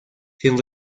sin